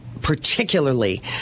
particularly